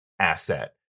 asset